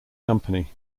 company